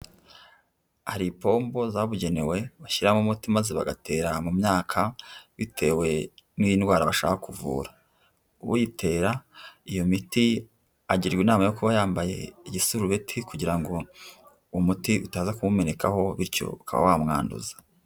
Hari ipombo zabugenewe bashyiramo umuti maze bagatera mu myaka bitewe n'indwara bashaka kuvura. Uyitera iyo miti agirwa inama yo kuba yambaye igisurubeti kugira ngo umuti utaza kumumenekaho, bityo ukaba wamwanduza.